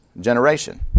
generation